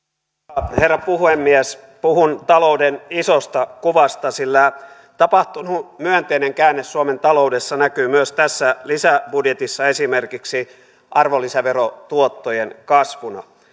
arvoisa herra puhemies puhun talouden isosta kuvasta sillä tapahtunut myönteinen käänne suomen taloudessa näkyy myös tässä lisäbudjetissa esimerkiksi arvonlisäverotuottojen kasvuna